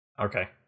Okay